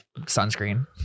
Sunscreen